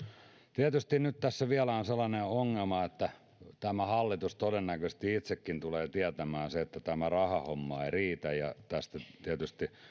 tietysti nyt tässä vielä on sellainen ongelma että tämä hallitus todennäköisesti itsekin tulee tietämään sen että tämä rahahomma ei riitä ja tästä tietysti